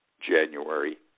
January